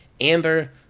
Amber